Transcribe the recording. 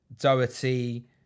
Doherty